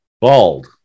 Bald